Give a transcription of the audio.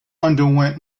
underwent